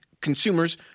consumers